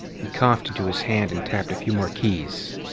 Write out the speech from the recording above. he coughed into his hand and tapped a few more keys.